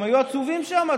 הם היו עצובים שם.